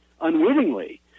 unwittingly